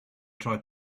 tried